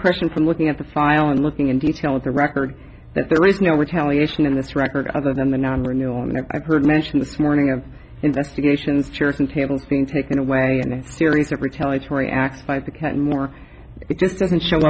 impression from looking at the file and looking in detail at the record that there is no retaliation in this record other than the non renewal and i've heard mention this morning of investigations chairs and tables being taken away in a series of retaliatory acts by the cat more it just doesn't show